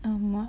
um what